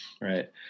right